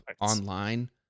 online